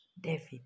David